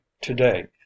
today